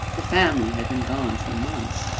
the family had been gone for months,